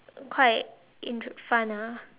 quite intere~ fun ah